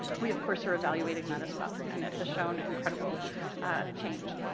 we, of course, are evaluating that as well. and it has shown incredible change.